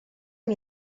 amb